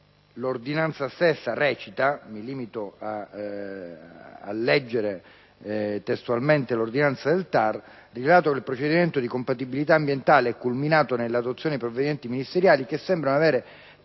ambientale - mi limito a leggere testualmente l'ordinanza - «rilevato che il procedimento di compatibilità ambientale è culminato nella adozione di provvedimenti ministeriali che sembrano avere